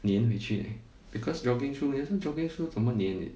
粘回去 leh because jogging shoe jogging shoe 怎么粘